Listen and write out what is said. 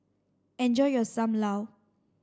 enjoy your Sam Lau